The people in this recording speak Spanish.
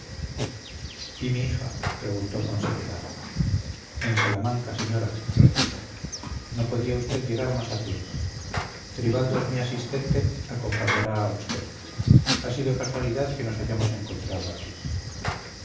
y mi hija preguntó con sequedad en salamanca señora repuse no podría usted llegar más a tiempo tribaldos mi asistente acompañará a usted ha sido casualidad que nos hayamos encontrado aquí